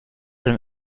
dem